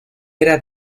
era